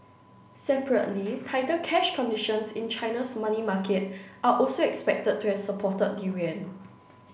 separately tighter cash conditions in China's money market are also expected to have supported the yuan